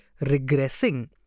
regressing